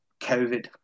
COVID